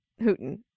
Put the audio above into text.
Hooten